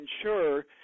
ensure